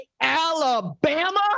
Alabama